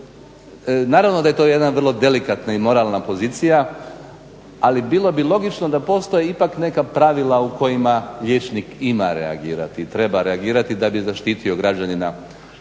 naravno da je to jedna vrlo delikatna i moralna pozicija ali bilo bi logično da postoje ipak neka pravila u kojima liječnik ima reagirati i treba reagirati da bi zaštitio građanina.